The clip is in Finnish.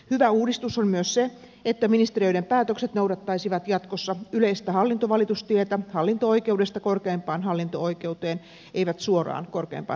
hyvä uudistus on myös se että ministeriöiden päätökset noudattaisivat jatkossa yleistä hallintovalitustietä hallinto oikeudesta korkeimpaan hallinto oikeuteen ei suoraan korkeimpaan hallinto oikeuteen